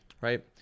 Right